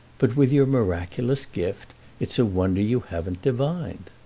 but with your miraculous gift it's a wonder you haven't divined.